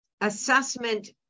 Assessment